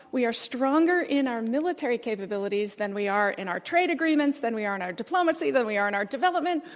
we are stronger in our military capabilities than we are in our trade agreements, than we are in our diplomacy, than we are in our development.